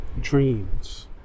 dreams